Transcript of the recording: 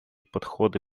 подходы